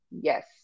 yes